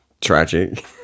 tragic